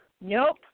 Nope